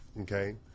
Okay